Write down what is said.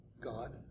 God